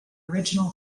original